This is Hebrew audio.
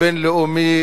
הבין-לאומי